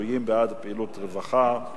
(ניכויים בעד פעילות רווחה),